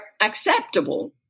acceptable